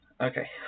Okay